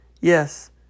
Yes